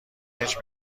برنج